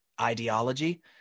ideology